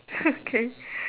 K